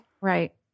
Right